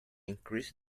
increase